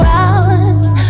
hours